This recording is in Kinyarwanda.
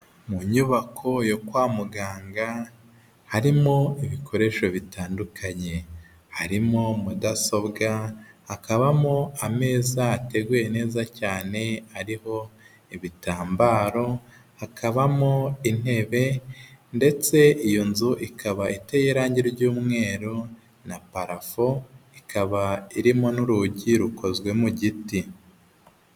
Mu nyubako yo kwa muganga harimo ibikoresho bitandukanye, harimo mudasobwa hakabamo ameza ateguyewe neza cyane aribo ibitambaro, hakabamo intebe ndetse iyo nzu ikaba iteye irangi ry'umweru na parafo, ikaba irimo n'urugi rukozwe mu giti.